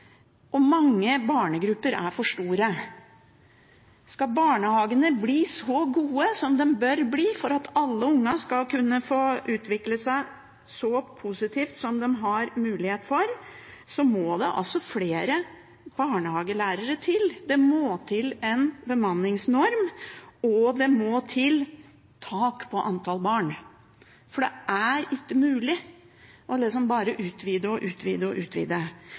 og mange barnegrupper er for store. Skal barnehagene bli så gode som de bør bli for at alle ungene skal kunne få utvikle seg så positivt som de har mulighet for, må det altså flere barnehagelærere til, det må til en bemanningsnorm, og det må til et tak når det gjelder antall barn, for det er ikke mulig bare å utvide, utvide og utvide.